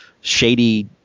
shady